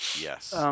Yes